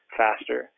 faster